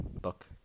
book